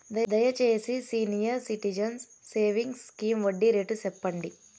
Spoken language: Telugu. దయచేసి సీనియర్ సిటిజన్స్ సేవింగ్స్ స్కీమ్ వడ్డీ రేటు సెప్పండి